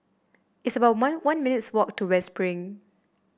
it's about one one minutes' walk to West Spring